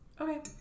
okay